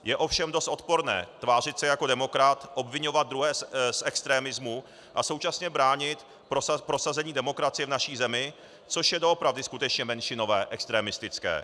Je ovšem dost odporné tvářit se jako demokrat, obviňovat druhé z extremismu a současně bránit prosazení demokracie v naší zemi, což je doopravdy skutečně menšinové, extremistické.